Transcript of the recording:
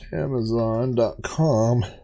Amazon.com